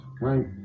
right